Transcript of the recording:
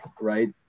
right